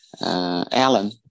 Alan